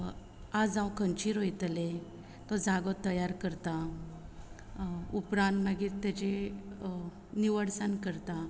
आज हांव खंयची रोयतलें तो जागो तयार करतां उपरांत मागीर तेजे निवळसान करता